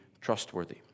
trustworthy